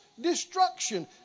destruction